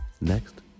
Next